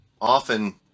often